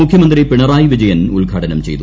മുഖ്യമന്ത്രി പിണറായി വിജയൻ ഉദ്ഘാടനം ചെയ്തു